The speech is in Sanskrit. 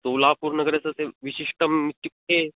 सोलापुरनगरस्य वैशिष्ट्यम् इत्युक्ते